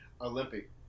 Olympic